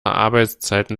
arbeitszeiten